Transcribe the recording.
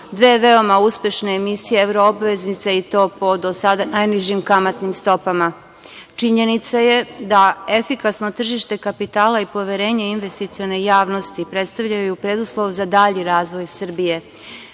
dve veoma uspešne emisije evro obveznice i to po do sada najnižim kamatnim stopama. Činjenica je da efikasno tržište kapitala i poverenje investicione javnosti predstavljaju preduslov za dalji razvoj Srbije.